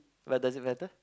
but does it matter